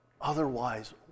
Otherwise